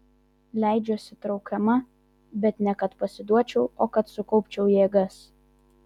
leidžiuosi traukiama bet ne kad pasiduočiau o kad sukaupčiau jėgas